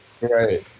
Right